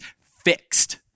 fixed